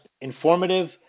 informative